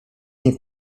nie